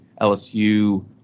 LSU